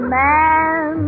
man